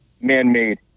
man-made